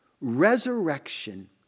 Resurrection